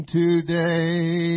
today